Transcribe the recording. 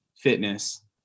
fitness